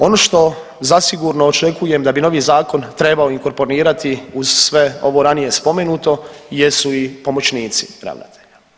Ono što zasigurno očekujem da bi novi zakon trebao inkorporirati uz sve ovo ranije spomenuto jesu i pomoćnici ravnatelja.